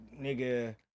nigga